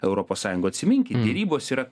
europos sąjungoj atsiminkit derybos yra